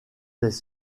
des